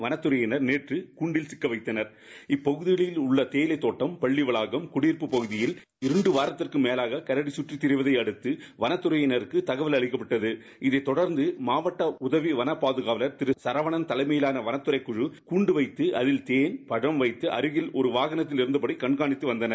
வனத்துறையினர் நேற்றகூண்டில் சிக்கவைத்தனர் இப்பகுதியில் உள்ளதேயிலைக் தோட்டம் பள்ளிவளாகம் மற்றம் குடியிருப்பு பகுதிகளில் மூன்றுவாரத்திற்குமேவாகரடிகற்றித்திரிந்ததை அடுத்துவனத்தறையினருக்குதகவல் அளிக்கப்பட்டது இதனைத் தொடர்ந்தமாவட்ட உதவிவனப்பாதுகாவலர் சாவணன் தலைமையிலாளவனத்தறை குழு கண்டுவைத்து அதில் கேள் பழம் வைத்துஅருகில் வாகனத்தில் இருந்தபடிகண்காணித்துவந்தனர்